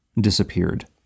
disappeared